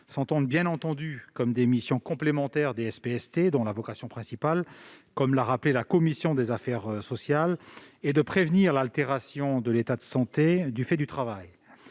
s'entendent, bien entendu, comme des missions complémentaires des SPST, dont la vocation principale, comme l'a rappelé la commission des affaires sociales, est de prévenir l'altération de l'état de santé du fait du travail.